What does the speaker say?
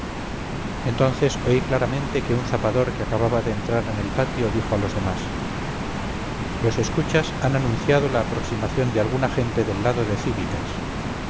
entonces oí claramente que un zapador que acababa de entrar en el patio dijo a los demás los escuchas han anunciado la aproximación de alguna gente del lado de cíbicas